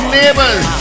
neighbors